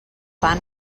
fan